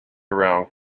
around